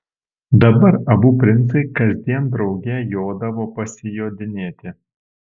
dabar abu princai kasdien drauge jodavo pasijodinėti